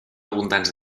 abundants